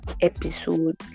episode